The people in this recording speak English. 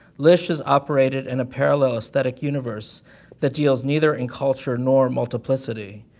lish has operated in a parallel aesthetic universe that deals neither in culture nor multiplicity.